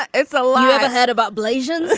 but it's a lot of ahead about blazin